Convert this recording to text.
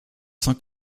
sens